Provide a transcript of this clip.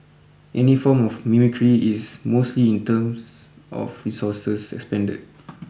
any form of mimicry is mostly in terms of resources expended